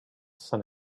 sun